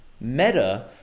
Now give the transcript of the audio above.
Meta